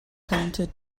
counted